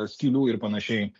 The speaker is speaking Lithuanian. skylių ir panašiai